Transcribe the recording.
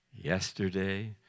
Yesterday